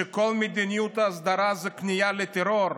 שכל מדיניות ההסדרה זה כניעה לטרור?